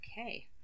Okay